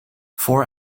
four